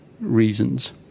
reasons